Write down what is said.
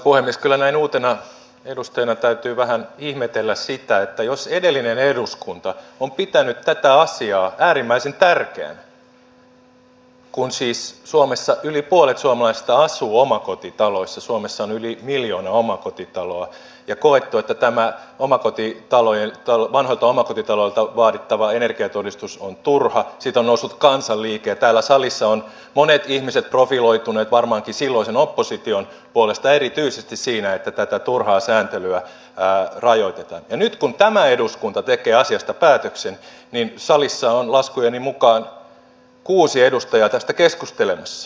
kyllä näin uutena edustajana täytyy vähän ihmetellä sitä että jos edellinen eduskunta on pitänyt tätä asiaa äärimmäisen tärkeänä kun siis suomessa yli puolet suomalaisista asuu omakotitaloissa suomessa on yli miljoona omakotitaloa ja on koettu että tämä vanhoilta omakotitaloilta vaadittava energiatodistus on turha siitä on noussut kansanliike ja täällä salissa ovat monet ihmiset profiloituneet varmaankin silloisen opposition puolesta erityisesti siinä että tätä turhaa sääntelyä rajoitetaan niin nyt kun tämä eduskunta tekee asiasta päätöksen salissa on laskujeni mukaan kuusi edustajaa tästä keskustelemassa